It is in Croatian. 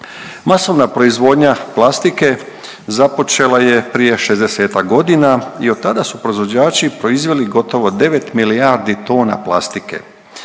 Masovna proizvodnja plastike započela je prije šezdesetak godina i od tada su proizvođači proizveli gotovo 9 milijardi tona plastike.